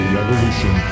Revolution